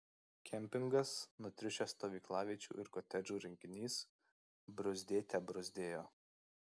kempingas nutriušęs stovyklaviečių ir kotedžų rinkinys bruzdėte bruzdėjo